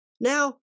now